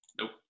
Nope